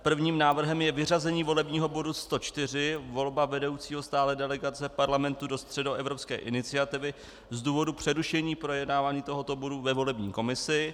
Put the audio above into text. Prvním návrhem je vyřazení volebního bodu 104, volba vedoucího stálé delegace Parlamentu do Středoevropské iniciativy, z důvodu přerušení projednávání tohoto bodu ve volební komisi.